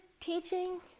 teaching